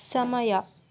ಸಮಯ